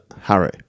Harry